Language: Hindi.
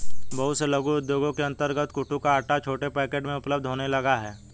बहुत से लघु उद्योगों के अंतर्गत कूटू का आटा छोटे पैकेट में उपलब्ध होने लगा है